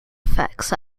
effects